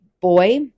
boy